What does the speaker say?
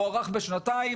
הוארך בשנתיים.